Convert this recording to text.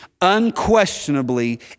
unquestionably